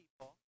people